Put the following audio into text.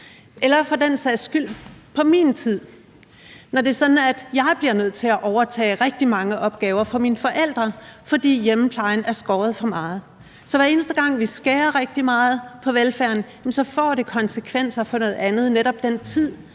eller for den sags skyld på min tid, når det er sådan, at jeg bliver nødt til at overtage rigtig mange opgaver for mine forældre, fordi hjemmeplejen er blevet beskåret for meget. Så hver eneste gang vi skærer rigtig meget på velfærden, får det konsekvenser for noget andet, netop den tid,